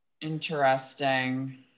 Interesting